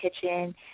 Kitchen